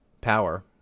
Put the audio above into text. power